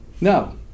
No